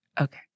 Okay